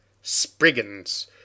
spriggins